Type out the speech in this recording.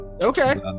Okay